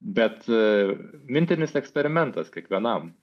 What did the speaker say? bet mintinis eksperimentas kiekvienam